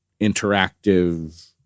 interactive